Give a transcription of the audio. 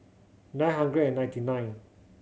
nine hundred and ninety nine